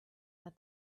that